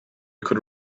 could